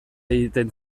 egiten